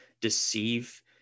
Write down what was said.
deceive